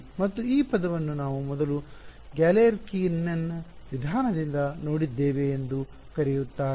ಮತ್ತು ಈ ಪದವನ್ನು ನಾವು ಮೊದಲು ಗ್ಯಾಲೆರ್ಕಿನ್ನ Galerkin's ವಿಧಾನದಿಂದ ನೋಡಿದ್ದೇವೆ ಎಂದೂ ಕರೆಯುತ್ತಾರೆ